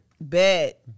Bet